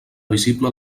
visible